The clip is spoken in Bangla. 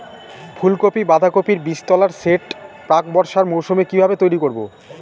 ফুলকপি বাধাকপির বীজতলার সেট প্রাক বর্ষার মৌসুমে কিভাবে তৈরি করব?